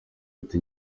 ati